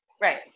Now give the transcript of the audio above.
Right